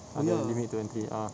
ada limit to entry ah